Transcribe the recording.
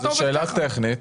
זאת שאלה טכנית.